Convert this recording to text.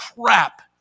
crap